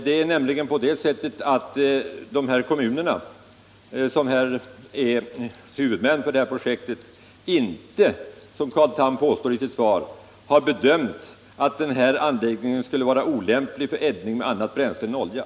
Det är nämligen på det sättet att de kommuner som är huvudmän för det här projektet inte, som Carl Tham påstår i sitt svar, har bedömt att den här anläggningen skulle vara olämplig för eldning med annat bränsle än olja.